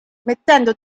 mettendo